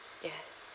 ya